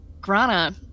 Grana